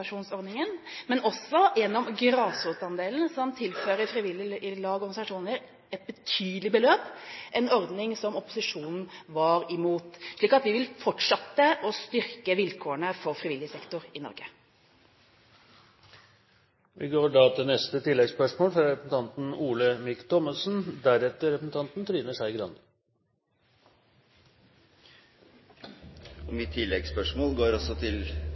gjennom grasrotandelen, som tilfører frivillige lag og organisasjoner et betydelig beløp, en ordning som opposisjonen var imot. Så vi vil fortsette å styrke vilkårene for frivillig sektor i Norge. Olemic Thommessen – til oppfølgingsspørsmål. Mitt oppfølgingsspørsmål går også til kulturministeren. Jeg synes representanten